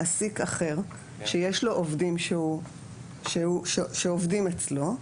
מעסיק אחר שיש לו עובדים שעובדים אצלו,